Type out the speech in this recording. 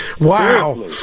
Wow